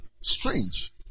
Strange